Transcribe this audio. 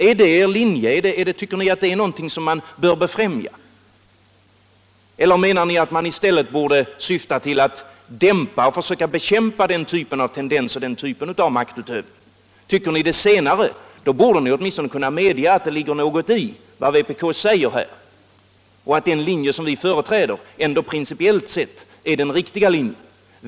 Är det er linje, tycker ni att det är någonting som man bör befrämja, eller menar ni att man i stället borde syfta till att försöka dämpa och bekämpa den typen av tendenser, den typen av maktutövning? Tycker Nr 99 ni det senare borde ni åtminstone kunna medge att det ligger någonting Lördagen den i vad vpk säger här och att den linje som vi företräder ändå principiellt 31 maj 1975 sett är den riktiga linjen.